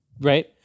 Right